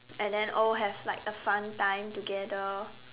and then all have like a fun time together